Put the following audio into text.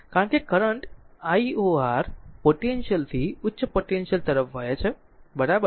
કારણ કે current lor potential થી ઉચ્ચ પોટેન્શિયલ તરફ વહે છે બરાબર